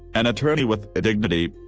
an attorney with idignity,